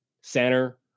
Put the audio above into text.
center